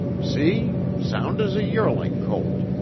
see? sound as a yearling colt.